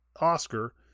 Oscar